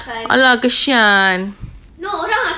!alah! kesian